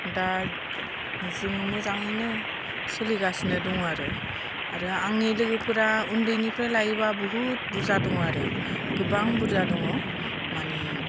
दा जोङो मोजाङैनो सोलिगासिनो दङ आरो आरो आंनि लोगोफोरा उन्दैनिफ्राय लायोब्ला बहुद बुरजा दङ आरो गोबां बुरजा दङ मानि